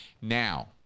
Now